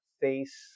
face